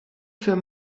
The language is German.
für